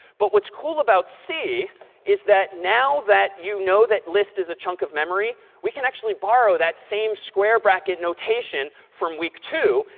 but what's cool about c is that now that you know that list is a chunk of memory, we can actually borrow that same square bracket notation from week two.